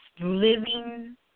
living